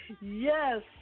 Yes